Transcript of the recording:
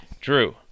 Drew